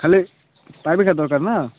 ଖାଲି ପାଇପ୍ ଟା ଦରକାର ନାଁ